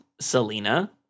Selena